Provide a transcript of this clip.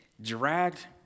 dragged